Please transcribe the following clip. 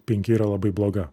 penki yra labai bloga